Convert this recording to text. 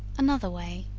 another way.